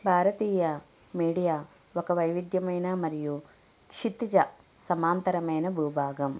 భారతీయ media ఒక వైవిధ్యమైన మరియు క్షితిజ సమాంతరమైన భూభాగం